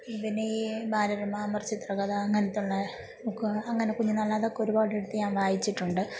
ഇതിനെ ഈ ബാലരമ അമർചിത്രകഥ അങ്ങനത്തെ ഉള്ള ബുക്ക് അങ്ങനെ കുഞ്ഞുനാളില് അതൊക്കെ ഒരുപാടെടുത്ത് ഞാൻ വായിച്ചിട്ടുണ്ട്